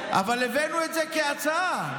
אבל הבאנו את זה כהצעה,